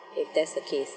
if that's the case